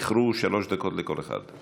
זכרו, שלוש דקות לכל אחד.